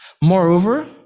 Moreover